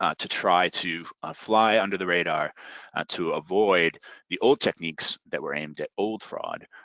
ah to try to fly under the radar ah to avoid the old techniques that were aimed at old fraud.